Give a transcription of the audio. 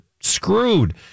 screwed